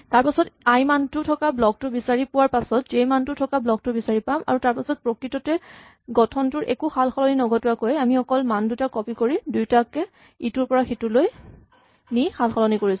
তাৰপাছত আই মানটো থকা ব্লক টো বিচাৰি পোৱাৰ পাছত জে মানটো থকা ব্লক টো বিচাৰি পাম আৰু তাৰপাছত প্ৰকৃততে গঠনটোৰ একো সালসলনি নঘটোৱাকৈ আমি অকল মান দুটা কপি কৰি দুয়োটাকে ইটোৰ পৰা সিটোলৈ নি সালসলনি কৰিছোঁ